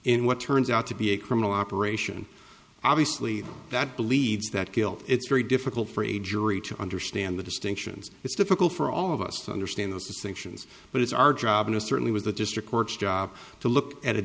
in what turns out to be a criminal operation obviously that believes that guilt it's very difficult for a jury to understand the distinctions it's difficult for all of us to understand those distinctions but it's our job and certainly was the district court's job to look at a